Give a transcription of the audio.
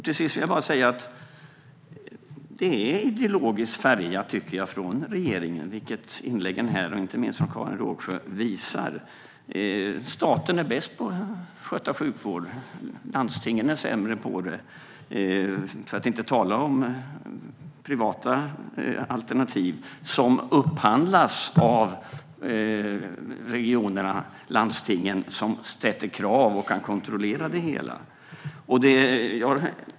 Till sist vill jag bara säga att jag tycker att det är ideologiskt färgat från regeringen, vilket inläggen här - inte minst från Karin Rågsjö - visar. Staten är bäst på att sköta sjukvård. Landstingen är sämre på det och för att inte tala om privata alternativ. De upphandlas ju av landstingen som kan ställa krav och kontrollera det hela.